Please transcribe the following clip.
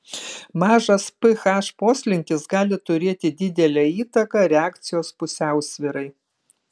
mažas ph poslinkis gali turėti didelę įtaką reakcijos pusiausvyrai